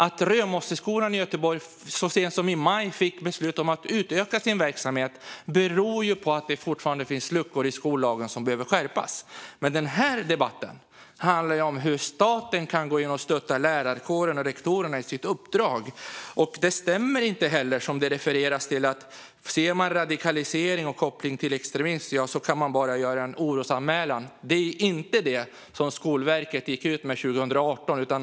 Att Römosseskolan i Göteborg så sent som i maj fick beslut om att utöka sin verksamhet beror ju på att det fortfarande finns luckor i skollagen som behöver täppas till. Den här debatten handlar dock om hur staten kan gå in och stötta lärarkåren och rektorerna i deras uppdrag. Det stämmer inte, som det refereras till, att om man ser radikalisering och koppling till extremism kan man bara göra en orosanmälan. Det var inte det som Skolverket gick ut med 2018.